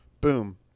Boom